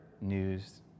news